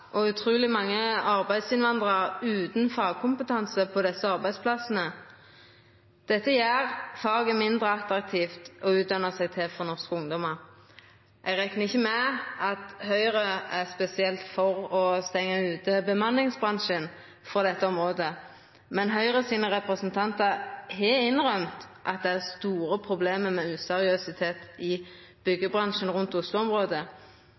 og utruleg mange arbeidsinnvandrarar utan fagkompetanse på desse arbeidsplassane. Dette gjer faget mindre attraktivt å utdanna seg til for norske ungdomar. Eg reknar ikkje med at Høgre er spesielt for å stengja ute bemanningsbransjen frå dette området, men representantane frå Høgre har innrømt at det er store problem med useriøsitet i